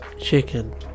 Chicken